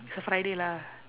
it's a friday lah